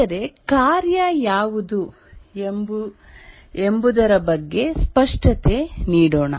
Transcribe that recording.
ಆದರೆ ಕಾರ್ಯ ಯಾವುದು ಎಂಬುದರ ಬಗ್ಗೆ ಸ್ಪಷ್ಟತೆ ನೀಡೋಣ